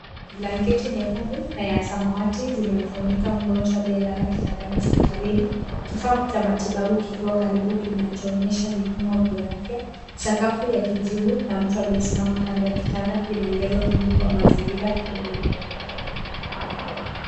Blanketi nyekundu na ya samawati zimemfunika mgonjwa aliyelala kitandani hospitalini, kifaa cha matibabu kikiwa karibu kinachoonyesha vipimo vya afya. Sakafu ya kijivu na mtu aliyesimama kando ya kitanda vinaongeza utulivu wa mazingira na huduma wa afya.